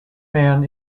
man